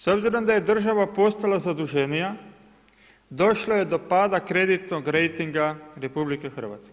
S obzirom da je država postala zaduženija, došlo je do pada kreditnog rejtinga RH.